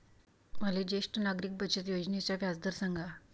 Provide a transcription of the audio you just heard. मले ज्येष्ठ नागरिक बचत योजनेचा व्याजदर सांगा